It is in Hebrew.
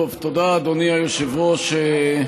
תודה, אדוני היושב-ראש.